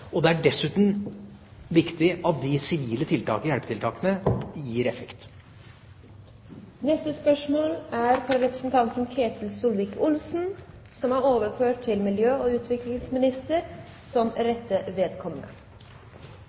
er dessuten viktig at de sivile hjelpetiltakene gir effekt. Dette spørsmålet er trukket tilbake. Dette spørsmålet, fra Ketil Solvik-Olsen til olje- og energiministeren, vil bli besvart av miljø- og utviklingsministeren som rette vedkommende.